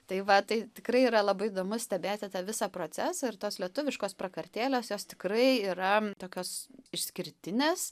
tai va tai tikrai yra labai įdomu stebėti tą visą procesą ir tos lietuviškos prakartėlės jos tikrai yra tokios išskirtinės